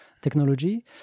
technology